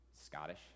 Scottish